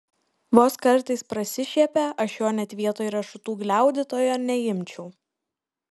vos kartais prasišiepia aš jo net vietoj riešutų gliaudytojo neimčiau